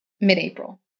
mid-April